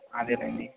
అదేనండి